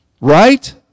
Right